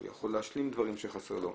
הוא יכול להשלים דברים שחסר לו.